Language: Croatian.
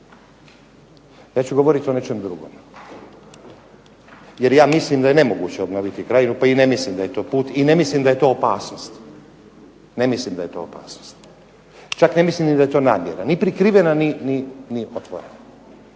ja ću govoriti o nečem drugom jer ja mislim da je nemoguće obnoviti Krajinu pa i ne mislim da je to put i ne mislim da je to opasnost. Ne mislim da je to opasnost. Čak ne mislim ni da je to namjera, ni prikrivena ni otvorena.